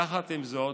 יחד עם זאת,